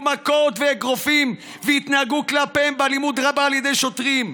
מכות ואגרופים והתנהגו כלפיהם באלימות רבה על ידי שוטרים?